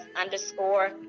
underscore